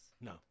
No